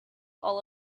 all